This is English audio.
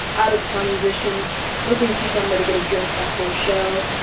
out-of-town musicians looking for somewhere to get a drink after a show,